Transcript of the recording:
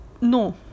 no